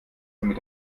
damit